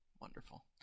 Wonderful